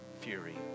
fury